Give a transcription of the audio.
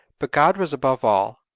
but god was above all.